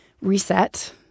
reset